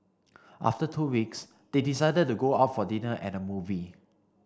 after two weeks they decided to go out for dinner and movie